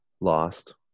lost